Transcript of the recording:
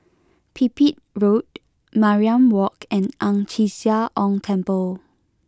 Pipit Road Mariam Walk and Ang Chee Sia Ong Temple